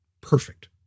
perfect